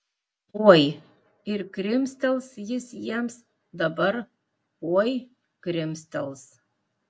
oi ir krimstels jis jiems dabar oi krimstels